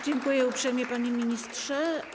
Dziękuję uprzejmie, panie ministrze.